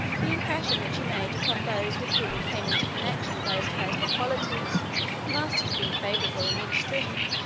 the impression which he made upon those with whom he came into connection by his personal qualities must have been favorable in the extreme.